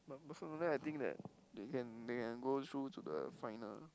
but personally I think that they can they can go through to the final